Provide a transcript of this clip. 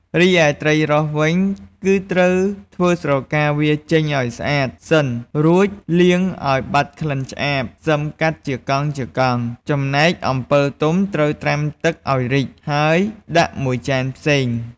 រីឯត្រីរ៉ស់វិញគឺត្រូវធ្វើស្រកាវាចេញឱ្យស្អាតសិន រួចលាងឲ្យបាត់ក្លិនឆ្អាប សិមកាត់ជាកង់ៗ ចំណែកអំពិលទុំត្រូវត្រាំទឹកឱ្យរីក ហើយដាក់មួយចានផ្សេង ។